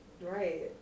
Right